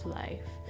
life